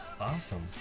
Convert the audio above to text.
awesome